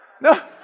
No